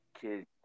Kids